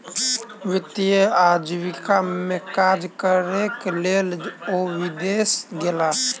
वित्तीय आजीविका में काज करैक लेल ओ विदेश गेला